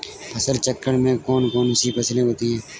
फसल चक्रण में कौन कौन सी फसलें होती हैं?